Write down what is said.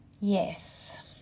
yes